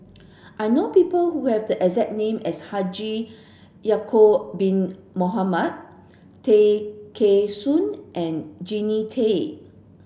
I know people who have the exact name as Haji Ya'acob bin Mohamed Tay Kheng Soon and Jannie Tay